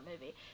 movie